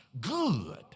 good